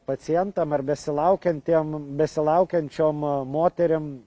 pacientam ar besilaukiantiem besilaukiančiom moterim